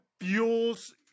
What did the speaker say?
fuels